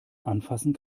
anfassen